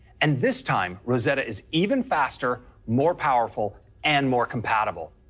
and this time rosetta is even faster, more powerful and more compatible.